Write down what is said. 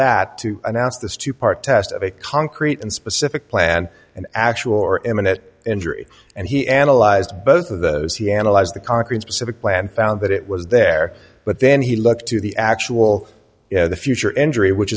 that to announce this two part test of a concrete and specific plan an actual or imminent injury and he analyzed both of those he analyzed the concrete specific plan found that it was there but then he looked to the actual you know the future injury which